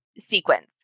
sequence